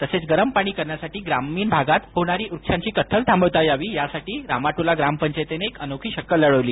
तसेच गरम पाणी करण्यासाठी ग्रामीण भागात होणारी वृक्षांची कत्तल थांबविता यावी यासाठी रामाटोला ग्रामपंचयतीने एक अनोखी शकलं लढविली